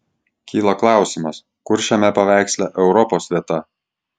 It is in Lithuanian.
kyla klausimas kur šiame paveiksle europos vieta